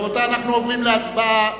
רבותי, אנחנו עוברים להצבעה.